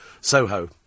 Soho